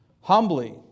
humbly